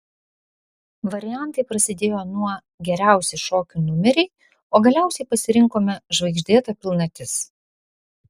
variantai prasidėjo nuo geriausi šokių numeriai o galiausiai pasirinkome žvaigždėta pilnatis